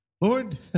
Lord